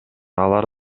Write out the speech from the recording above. алар